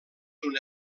una